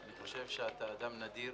אני חושב שאתה אדם נדיר.